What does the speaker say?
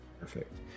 Perfect